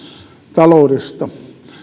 taloudesta